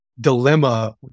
dilemma